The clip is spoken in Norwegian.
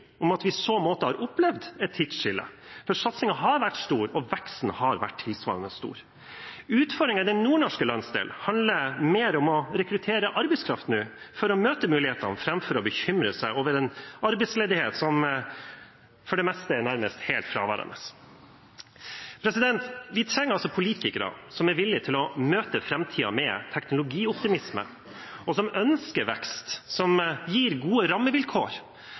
om at vi i så måte har opplevd et tidsskille, for satsingen har vært stor, og veksten har vært tilsvarende stor. Utfordringen i den nordnorske landsdelen handler mer om å rekruttere arbeidskraft for å møte mulighetene framfor å bekymre seg over den arbeidsledigheten som nærmest er helt fraværende. Vi trenger altså politikere som er villige til å møte framtiden med teknologioptimisme, og som ønsker vekst som gir gode rammevilkår.